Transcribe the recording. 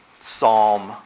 Psalm